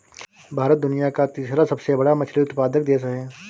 भारत दुनिया का तीसरा सबसे बड़ा मछली उत्पादक देश है